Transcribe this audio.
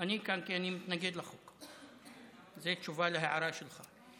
אני כאן כי אני מתנגד לחוק, זאת תשובה להערה שלך.